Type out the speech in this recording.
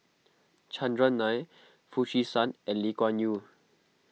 Chandran Nair Foo Chee San and Lee Kuan Yew